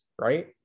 right